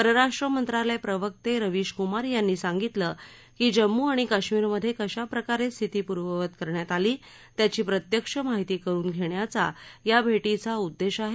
परराष्ट मंत्रालय प्रवक्ते रविश कुमार यांनी सांगितलं की जम्मू आणि काश्मीरमध्ये कशा प्रकारे स्थिती पूर्ववत करण्यात आली त्याची प्रत्यक्ष माहिती करून घेण्याचा या भेटीचा उद्देष्य आहे